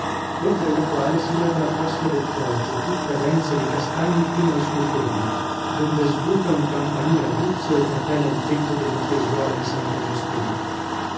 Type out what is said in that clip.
oltre la quale si leva la costa del poggio tutta densa di castagni fino al suo colmo donde sbuca un campanile aguzzo e trapela il tetto della chiesuola di santa giustina